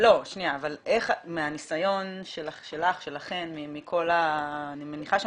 מהניסיון שלך, שלכן, שהוא